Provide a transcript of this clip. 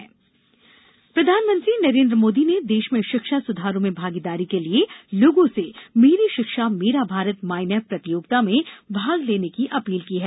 माईनेप प्रतियोगिता प्रधानमंत्री नरेन्द्र मोदी ने देश में शिक्षा सुधारों में भागीदारी के लिए लोगों से मेरी शिक्षा मेरा भारत माईनेप प्रतियोगिता में भाग लेने की अपील की है